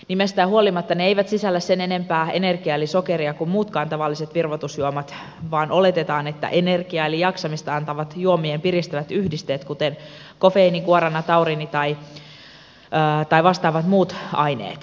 nimestään huolimatta ne eivät sisällä sen enempää energiaa eli sokeria kuin muutkaan tavalliset virvoitusjuomat vaan oletetaan että energiaa ja jaksamista antavat juomien piristävät yhdisteet kuten kofeiini guarana tauriini tai vastaavat muut aineet